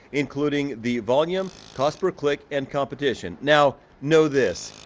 including the volume, cost per click and competition. now know this,